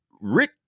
rick